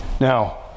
Now